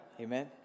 Amen